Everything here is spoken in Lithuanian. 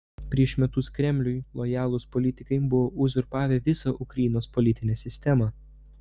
prieš metus kremliui lojalūs politikai buvo uzurpavę visą ukrainos politinę sistemą